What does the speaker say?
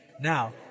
Now